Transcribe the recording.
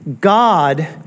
God